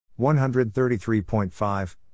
133.5